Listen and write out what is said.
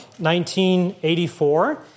1984